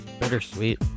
Bittersweet